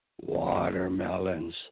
Watermelons